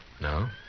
No